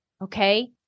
Okay